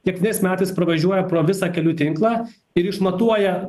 kiekvienais metais pravažiuoja pro visą kelių tinklą ir išmatuoja